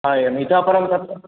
हा एवम् इतः परं तत्